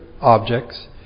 objects